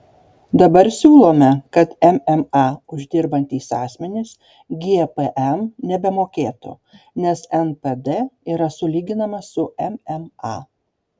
dabar siūlome kad mma uždirbantys asmenys gpm nebemokėtų nes npd yra sulyginamas su mma